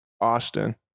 Austin